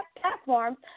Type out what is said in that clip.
platforms